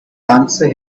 answer